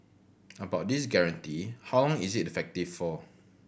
about this guarantee how long is it effective for